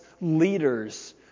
leaders